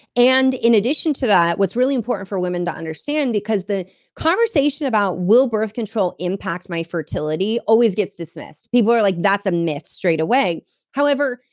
and in addition to that, what's really important for women to understand, because the conversation about will birth control impact my fertility, always gets dismissed. people are like, that's a myth, straightaway however,